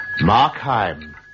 Markheim